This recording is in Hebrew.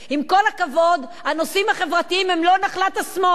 עם כל הכבוד, הנושאים החברתיים הם לא נחלת השמאל.